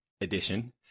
edition